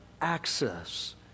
access